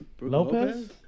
Lopez